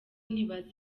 ntibazi